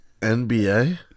NBA